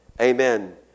Amen